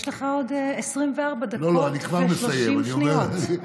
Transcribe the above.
יש לך עוד 24 דקות ו-30 שניות.